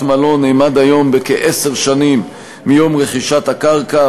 מלון נאמד היום בעשר שנים מיום רכישת הקרקע.